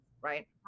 right